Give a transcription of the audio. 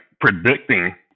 predicting